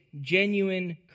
genuine